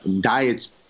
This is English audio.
Diet's